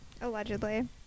Allegedly